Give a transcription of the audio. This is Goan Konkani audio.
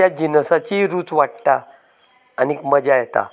त्या जिनसाची रुच वाडटा आनीक मजा येता